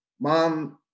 mom